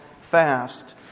fast